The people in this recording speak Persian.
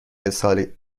چندسال